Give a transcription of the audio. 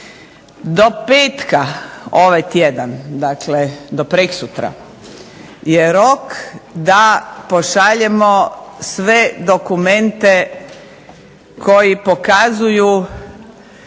Do petka ovaj tjedan, dakle do preksutra, je rok da pošaljemo sve dokumente koji pokazuju